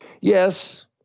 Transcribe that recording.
Yes